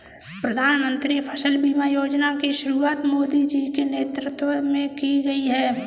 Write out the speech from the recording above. प्रधानमंत्री फसल बीमा योजना की शुरुआत मोदी जी के नेतृत्व में की गई है